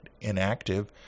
inactive